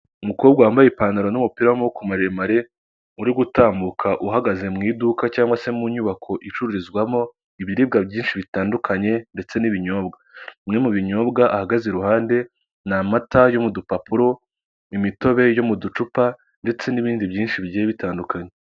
Umukobwa wambaye ipantaro n'umupira w'amaboko maremare, uri gutambuka, uhagaze mu iduka cyangwa se mu nyubako icururizwamo ibiribwa byinshi bitandukanye ndetse n'ibinyobwa. Bimwe mu binyobwa ahagaze iruhande ni amata yo mu dupapuro, imitobe yo mu ducupa, ndetse n'ibindi byinshi bigiye bitandukanye.